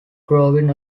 growing